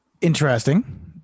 Interesting